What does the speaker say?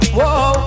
Whoa